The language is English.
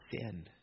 sin